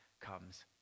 comes